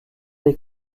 des